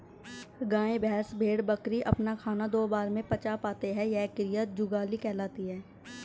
गाय, भैंस, भेड़, बकरी अपना खाना दो बार में पचा पाते हैं यह क्रिया जुगाली कहलाती है